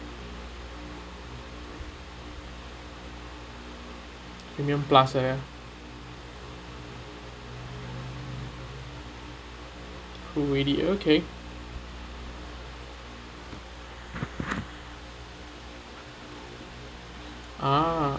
premium plus ah ya who already okay ah